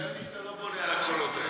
אני מתאר לי שאתה לא בונה על הקולות האלה.